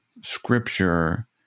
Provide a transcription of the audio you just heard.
scripture